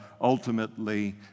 ultimately